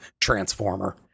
transformer